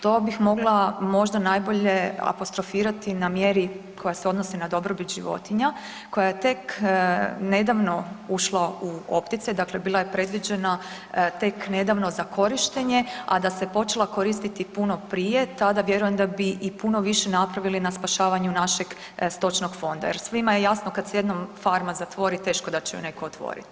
To bih mogla možda najbolje apostrofirati na mjeri koja se odnosi na dobrobit životinja koja je tek nedavno ušla u opticaj, dakle bila je predviđena tek nedavno za korištenje, a da se počela koristiti puno prije tada vjerujem da bi i puno više napravili na spašavanju našeg stočnog fonda jer svima je jasno kad se jednom farma zatvori teško da će ju neko otvoriti.